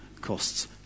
costs